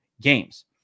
games